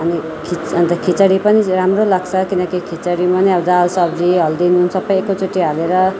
अनि खिच खिचडी पनि राम्रो लाग्छ किनकि खिचडीमा नि अब दाल सब्जी हर्दी नुन सबै एकै चोटि हालेर